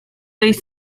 wyt